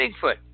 Bigfoot